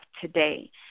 today